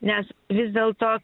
nes vis dėlto